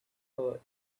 over